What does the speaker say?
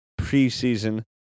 preseason